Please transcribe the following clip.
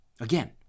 again